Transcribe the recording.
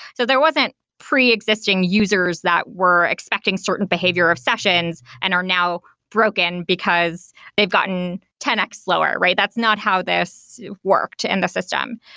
so there wasn't pre-existing users that were expecting certain behavior of sessions and are now broken, because they've gotten ten x lower, right? that's not how this worked in the system.